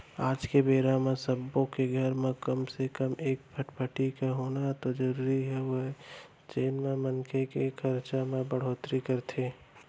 आज के बेरा म सब्बो के घर म कम से कम एक फटफटी के होना तो जरूरीच होगे हे जेन ह मनखे के खरचा म बड़होत्तरी करथे